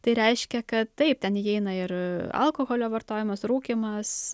tai reiškia kad taip ten įeina ir alkoholio vartojimas rūkymas